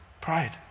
Pride